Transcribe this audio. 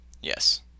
Yes